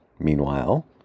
Meanwhile